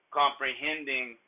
comprehending